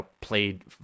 played